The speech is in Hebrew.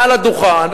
מעל הדוכן,